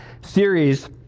series